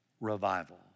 revival